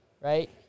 right